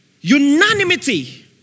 unanimity